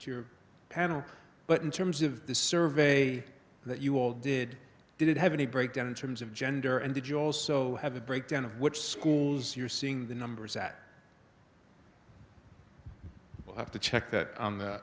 your panel but in terms of the survey that you all did did it have any breakdown in terms of gender and did you also have a breakdown of which schools you're seeing the numbers at but i have to check that i th